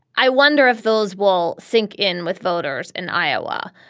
i wonder if those will sink in with voters in iowa.